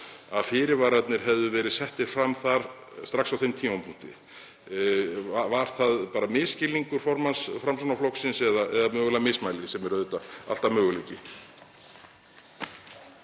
að fyrirvararnir hefðu verið settir þar fram strax á þeim tímapunkti. Var það bara misskilningur formanns Framsóknarflokksins eða mögulega mismæli, sem er auðvitað alltaf möguleiki?